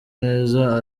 neza